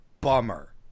bummer